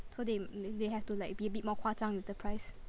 so they they they have to like be a bit more 夸张 with the price